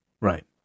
Right